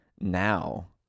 now